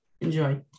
Enjoy